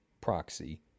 Proxy